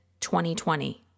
2020